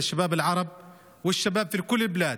לצעירים הערבים ולצעירים בכל המדינה: